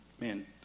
man